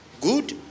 good